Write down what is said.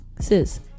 sis